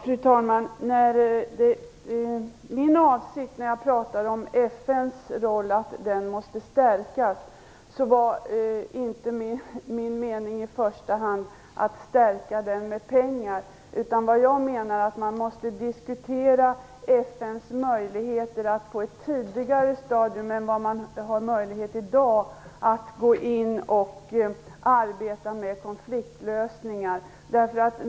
Fru talman! När jag pratade om att FN:s roll måste stärkas var min avsikt inte i första hand att FN skulle stärkas med pengar. Jag menar att man måste diskutera FN:s möjligheter att på ett tidigare stadium än i dag gå in och arbeta med konfliktlösningar.